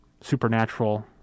supernatural